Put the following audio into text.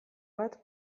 bat